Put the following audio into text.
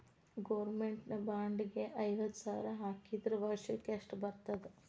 Government bond ಗೆ ಐವತ್ತ ಸಾವ್ರ್ ಹಾಕಿದ್ರ ವರ್ಷಕ್ಕೆಷ್ಟ್ ಬರ್ತದ?